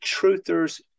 Truthers